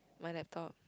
mine laptop